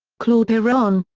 claude piron,